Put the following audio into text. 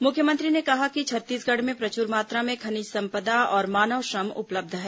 मुख्यमंत्री ने कहा कि छत्तीसगढ़ में प्रचुर मात्रा में खनिज संपदा और मानव श्रम उपलब्ध है